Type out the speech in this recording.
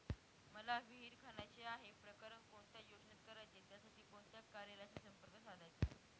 मला विहिर खणायची आहे, प्रकरण कोणत्या योजनेत करायचे त्यासाठी कोणत्या कार्यालयाशी संपर्क साधायचा?